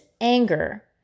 anger